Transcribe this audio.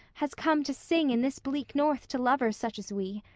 has come to sing in this bleak north to lovers such as we.